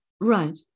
right